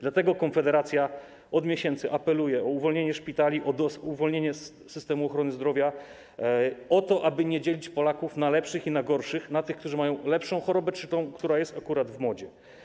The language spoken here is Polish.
Dlatego Konfederacja od miesięcy apeluje o uwolnienie szpitali, uwolnienie systemu ochrony zdrowia, o to, aby nie dzielić Polaków na lepszych i na gorszych, na tych, którzy mają lepszą chorobę, czy tę, która jest akurat w modzie.